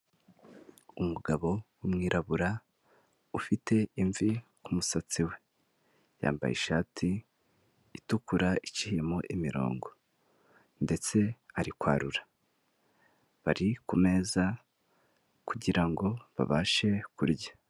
Umugabo w'umwirabura ufite imvi kumusatsi we, yambaye ishati itukura iciyemo imirongo ndetse ari kwarura, bari kumeza kugirango babashe kurya.